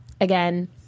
again